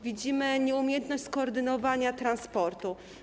Widzimy nieumiejętność skoordynowania transportu.